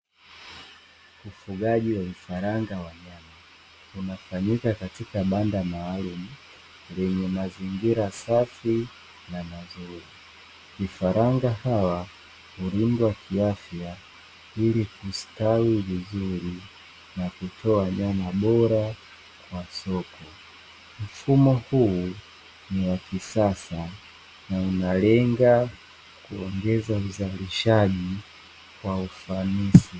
Ufugaji wa vifaranga unafanyika katika banda maalumu, yenye mazingira safi na mazuri vifaranga, hawa ulindwa kiasi ya ustawi wa kutoa nyama bora kwa soko huu ni wa kisasa kuongeza uzalishaji wa ufanisi.